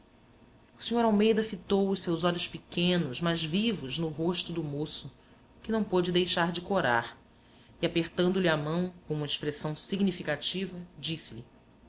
o sr almeida fitou os seus olhos pequenos mas vivos no rosto do moço que não pôde deixar de corar e apertando-lhe a mão com uma expressão significativa disse-lhe